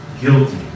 guilty